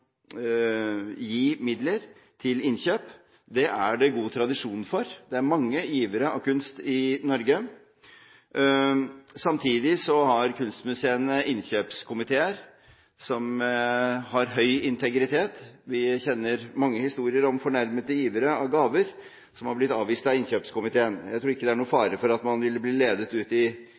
gi midler til innkjøp. Det er det god tradisjon for – det er mange givere av kunst i Norge. Samtidig har kunstmuseene innkjøpskomiteer som har høy integritet. Vi kjenner mange historier om fornærmede givere av gaver som har blitt avvist av innkjøpskomiteen. Jeg tror ikke det er noen fare for at man ville bli ledet ut i